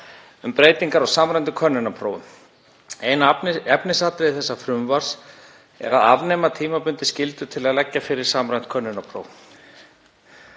um breytingar á samræmdum könnunarprófum. Eina efnisatriði þessa frumvarps er að afnema tímabundið skyldu til að leggja fyrir samræmd könnunarpróf.